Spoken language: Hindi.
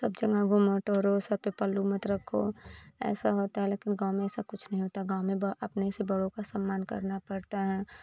सब जगह घूँगट ओढ़ो सिर पर पल्लू मत रखो ऐसा होता है लेकिन गाँव में ऐसा कुछ नहीं होता गाँव में ब अपने से बड़ों का सम्मान करना पड़ता है